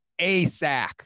ASAC